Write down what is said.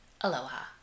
aloha